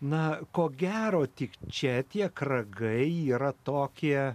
na ko gero tik čia tiek kragai yra tokie